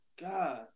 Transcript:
God